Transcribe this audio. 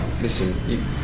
listen